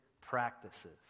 practices